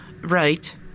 Right